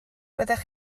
fyddech